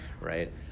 right